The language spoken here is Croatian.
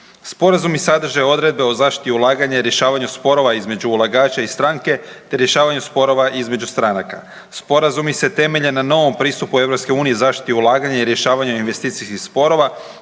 Sporazumi sadrže odredbe o zaštiti ulaganja i rješavanju sporova između ulagača i stranke, te rješavanju sporova između stranaka. Sporazumi se temelje na novom pristupu EU zaštiti ulaganja i rješavanje investicijskih sporova